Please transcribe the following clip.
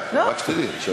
תסתכלי על השעון.